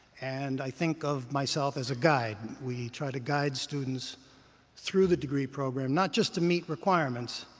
and i think of myself as a guide. we try to guide students through the degree program, not just to meet requirements,